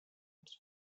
its